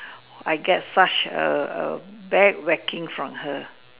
I get such a A bad whacking from her